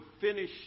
finish